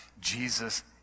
Jesus